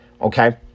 okay